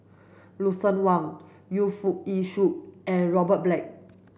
Lucien Wang Yu Foo Yee Shoon and Robert Black